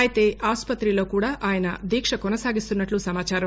అయితే ఆస్పతిలో కూడా ఆయన దీక్ష కొనసాగిస్తున్నట్లు సమాచారం